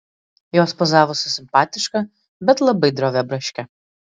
jos pozavo su simpatiška bet labai drovia braške